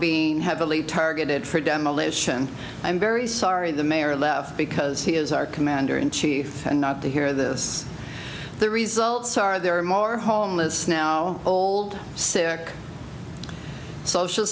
being heavily targeted for demolition i'm very sorry the mayor left because he is our commander in chief and not the here the the results are there are more homeless now old sick social